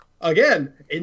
Again